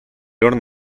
loro